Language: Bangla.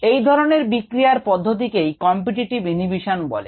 এই ধরনের বিক্রিয়ার পদ্ধতিকেই কম্পিটিটিভ ইনহিবিশন বলে